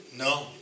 No